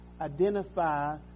identify